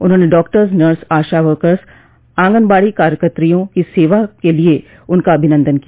उन्होंने doctors nurse ASHA workers anganwadi कार्यकत्रियों की सेवाओं के लिये उनका अभिनन्दन किया